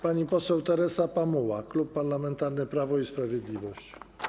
Pani poseł Teresa Pamuła, Klub Parlamentarny Prawo i Sprawiedliwość.